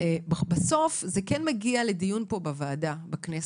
בסוף זה מגיע לדיון פה בכנסת.